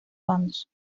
bandos